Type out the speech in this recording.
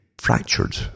fractured